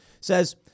says